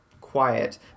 quiet